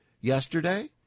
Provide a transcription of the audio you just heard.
yesterday